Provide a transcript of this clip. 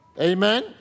amen